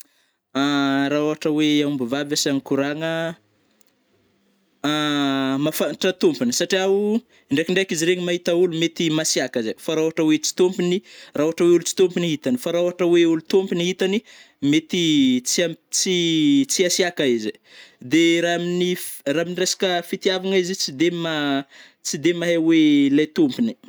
Ra ôhatra oe omby vavy asaiagna mikoragna a, mahafantatra tômpony satria o ndraikindraiky izy regny mahita ôlo mety masiàka zai, fa ôhatra oe tsy tompony, ra ôhatra oe ôlo tsy tômpiny hitany, fa ôhatra oe ôlo tômpony hitany mety tsy amp-tsy-tsy- asiàka izy ai, de ra amin'ny f, ra ami resaka fitiavagna izy ai, tsy de ma tsy de mahay oe lai tompony.